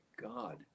God